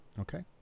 okay